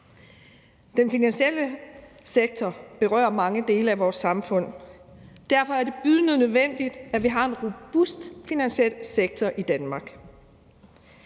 Den finansielle sektor berører mange dele af vores samfund, og derfor er det bydende nødvendigt, at vi har en robust finansiel sektor i Danmark.